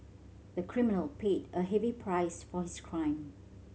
the criminal paid a heavy price for his crime